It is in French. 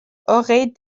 auraient